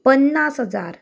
पन्नास हजार